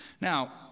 Now